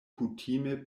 kutime